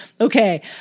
okay